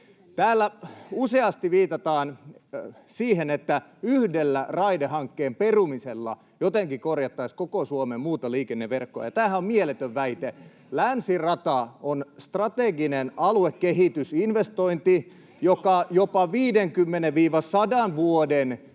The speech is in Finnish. Täällä useasti viitataan siihen, että yhdellä raidehankkeen perumisella jotenkin korjattaisiin koko Suomen muuta liikenneverkkoa, ja tämähän on mieletön väite. Länsirata on strateginen aluekehitysinvestointi, [Keskeltä: Ai Turun